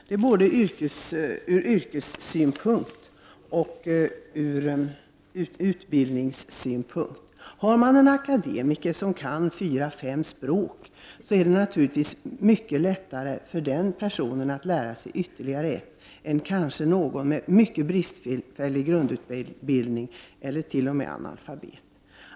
Det måste ske från både yrkessynpunkt och utbildningssynpunkt. För en akademiker som kan fyra fem språk är det naturligtvis mycket lättare att lära sig ytterligare ett språk än för den med mycket bristfällig grundutbildning eller för den som t.o.m. är analfabet.